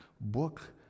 book